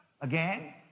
Again